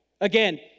Again